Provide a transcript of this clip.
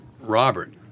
Robert